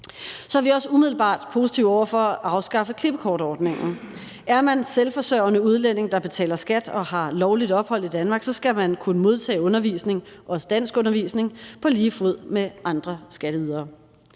Vi er også umiddelbart positive over for at afskaffe klippekortordningen. Er man selvforsørgende udlænding, der betaler skat og har lovligt ophold i Danmark, skal man kunne modtage undervisning, også danskundervisning, på lige fod med andre skatteydere.